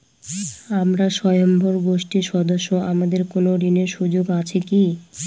আমরা স্বয়ম্ভর গোষ্ঠীর সদস্য আমাদের কোন ঋণের সুযোগ আছে কি?